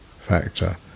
factor